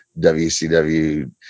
wcw